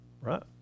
Right